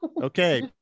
Okay